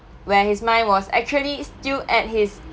where his mind was actually still at his